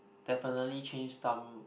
definitely change some